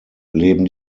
leben